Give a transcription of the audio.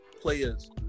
players